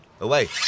away